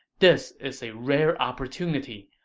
this is a rare opportunity.